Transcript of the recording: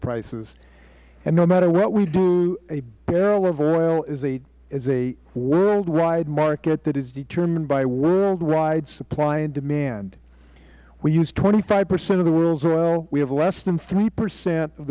prices and no matter what we do a barrel of oil is a worldwide market that is determined by worldwide supply and demand we use twenty five percent of the world's oil we have less than three percent of